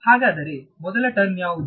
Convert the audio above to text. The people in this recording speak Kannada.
ಹಾಗಾದರೆ ಮೊದಲ ಟರ್ಮ್ ಯಾವುದು